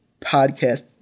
podcast